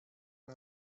jak